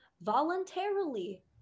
voluntarily